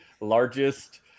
largest